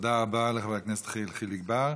תודה רבה לחבר הכנסת יחיאל חיליק בר.